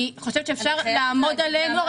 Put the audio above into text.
אני חושבת שאפשר לעמוד עליהם.